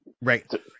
right